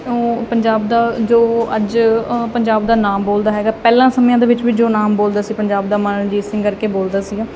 ਪੰਜਾਬ ਦਾ ਜੋ ਅੱਜ ਪੰਜਾਬ ਦਾ ਨਾਮ ਬੋਲਦਾ ਹੈਗਾ ਪਹਿਲਾਂ ਸਮਿਆਂ ਦੇ ਵਿੱਚ ਵੀ ਜੋ ਨਾਮ ਬੋਲਦਾ ਸੀ ਪੰਜਾਬ ਦਾ ਮਹਾਰਾਜਾ ਰਣਜੀਤ ਸਿੰਘ ਕਰਕੇ ਬੋਲਦਾ ਸੀਗਾ